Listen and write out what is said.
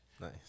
nice